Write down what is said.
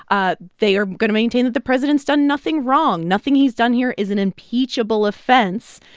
ah they are going to maintain that the president's done nothing wrong. nothing he's done here is an impeachable offense.